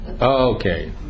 Okay